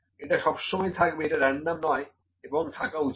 এটা সবসময় থাকবে এটা রেনডম নয় এবং থাকা উচিত